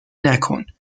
نکن